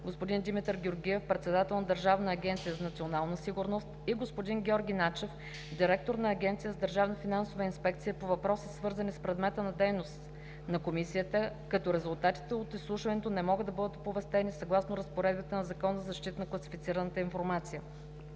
господин Димитър Георгиев, председател на Държавна агенция „Национална сигурност" и господин Георги Начев – директор на Агенция за държавна финансова инспекция, по въпроси, свързани с предмета на дейност на Комисията, като резултатите от изслушването не могат да бъдат оповестени съгласно разпоредбите на Закона за защита на класифицираната информация.